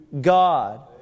God